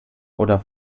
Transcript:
oder